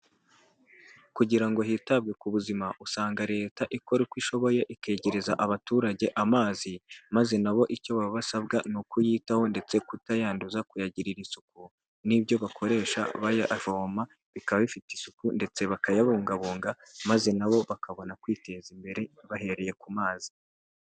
Kugira ngo hitabwe ku buzima usanga leta ikora uko ishoboye ikegereza abaturage amazi maze nabo icyo baba basabwa, ni ukuyitaho ndetse kutayanduza kuyagirira isuku n'ibyo bakoresha bayavoma bikaba bifite isuku ndetse bakayabungabunga maze nabo bakabona kwiteza imbere bahereye ku mazi.